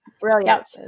Brilliant